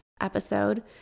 episode